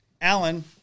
Alan